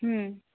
হুম